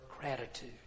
gratitude